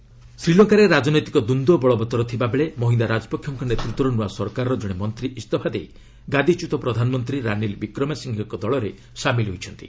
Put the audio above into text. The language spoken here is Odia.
ଶ୍ରୀଲଙ୍କା ପଲିଟିକାଲ୍ ଶ୍ରୀଲଙ୍କାରେ ରାଜନୈତିକ ଦ୍ୱନ୍ଦ୍ୱ ବଳବତ୍ତର ଥିବାବେଳେ ମହାନ୍ଦା ରାଜପକ୍ଷେଙ୍କ ନେତୃତ୍ୱର ନୂଆ ସରକାରର ଜଣେ ମନ୍ତ୍ରୀ ଇସ୍ତଫା ଦେଇ ଗାଦିଚ୍ୟୁତ ପ୍ରଧାନମନ୍ତ୍ରୀ ରାନୀଲ୍ ବିକ୍ରମାସିଫ୍ଟେଙ୍କ ଦଳରେ ସାମିଲ୍ ହୋଇଛନ୍ତି